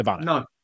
no